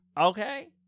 Okay